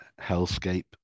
hellscape